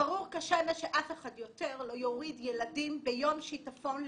ברור כשמש שאף אחד יותר לא יוריד ילדים ביום שיטפון לנחל.